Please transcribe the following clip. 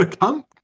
Come